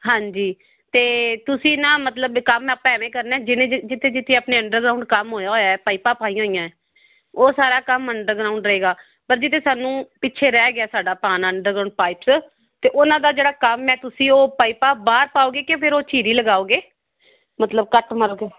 ਹਾਂਜੀ ਤਾਂ ਤੁਸੀਂ ਨਾ ਮਤਲਬ ਕੰਮ ਆਪਾਂ ਇਵੇਂ ਕਰਨਾ ਜਿਵੇਂ ਜਿੱਥੇ ਜਿੱਥੇ ਆਪਣੇ ਅੰਡਰਗਰਾਊਂਡ ਕੰਮ ਹੋਇਆ ਹੋਇਆ ਪਾਈਪਾਂ ਪਾਈਆਂ ਹੋਈਆਂ ਹੈ ਉਹ ਸਾਰਾ ਕੰਮ ਅੰਡਰਗਰਾਉਂਡ ਰਹੇਗਾ ਪਰ ਜਿਹਦੇ ਸਾਨੂੰ ਪਿੱਛੇ ਰਹਿ ਗਿਆ ਸਾਡਾ ਪਾਉਣਾ ਅੰਡਰਗਰਾਊਂਡ ਪਾਈਪਸ ਅਤੇ ਉਹਨਾਂ ਦਾ ਜਿਹੜਾ ਕੰਮ ਹੈ ਤੁਸੀਂ ਉਹ ਪਾਈਪਾਂ ਬਾਹਰ ਪਾਓਗੇ ਕਿ ਫਿਰ ਉਹ ਝੀਰੀ ਲਗਾਓਗੇ ਮਤਲਬ ਕੱਟ ਮਾਰੋਗੇ